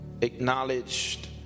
acknowledged